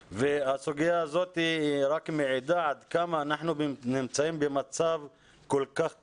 והסוגיה הזאת רק מעידה עד כמה אנחנו נמצאים במצב כל כך קשה.